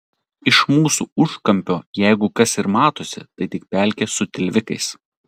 iš mūsų užkampio jeigu kas ir matosi tai tik pelkė su tilvikais